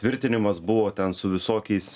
tvirtinimas buvo ten su visokiais